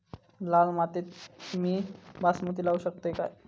लाल मातीत मी बासमती लावू शकतय काय?